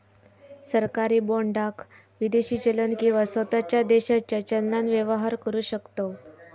सरकारी बाँडाक विदेशी चलन किंवा स्वताच्या देशाच्या चलनान व्यवहार करु शकतव